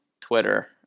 Twitter